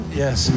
yes